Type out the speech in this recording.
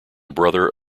brother